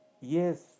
Yes